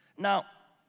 now,